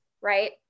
right